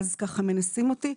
ואז ככה מנסים אותי.